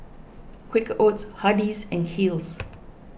Quaker Oats Hardy's and Kiehl's